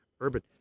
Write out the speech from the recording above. urban